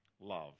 love